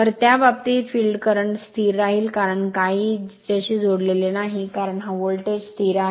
तर त्या बाबतीत फील्ड करंट स्थिर राहील कारण काहीही तिच्याशी जोडलेले नाही कारण हा व्होल्टेज स्थिर आहे